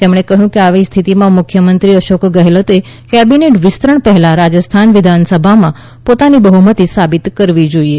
તેમણે કહ્યું કે આવી સ્થિતિમાં મુખ્યમંત્રી અશોક ગેહલોતે કેબિનેટ વિસ્તરણ પહેલાં રાજસ્થાન વિધાનસભામાં પોતાની બહ્મતિ સાબિત કરવી જોઈએ